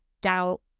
doubt